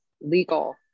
legal